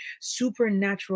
supernatural